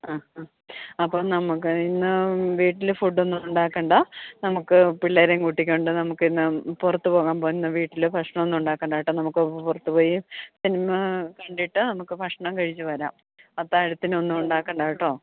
ആ ആ അപ്പോൾ നമ്മൾക്ക് ഇന്ന് വീട്ടിൽ ഫുഡൊന്നും ഉണ്ടാക്കണ്ട നമ്മൾക്ക് പിള്ളേരെയും കൂട്ടികൊണ്ട് നമുക്ക് ഇന്ന് പുറത്ത് പോകാം അപ്പം ഇന്ന് വീട്ടിൽ ഭക്ഷണമൊന്നും ഉണ്ടാക്കേണ്ട കേട്ടോ നമുക്ക് പുറത്തുപോയി സിനിമാ കണ്ടിട്ട് നമ്മൾക്ക് ഭക്ഷണം കഴിച്ചു വരാം അത്താഴത്തിനൊന്നും ഉണ്ടാക്കേണ്ട കേട്ടോ